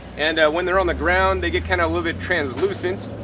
and when they're on the ground they get kind of little bit translucent.